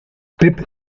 pep